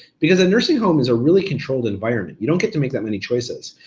because a nursing home is a really controlled environment. you don't get to make that many choices.